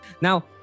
Now